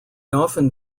often